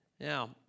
Now